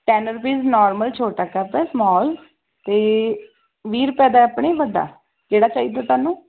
ten rupees normal ਛੋਟਾ cup ਹੈ small ਅਤੇ ਵੀਹ ਰੁਪਏ ਦਾ ਆਪਣੇ ਵੱਡਾ ਕਿਹੜਾ ਚਾਹੀਦਾ ਤੁਹਾਨੂੰ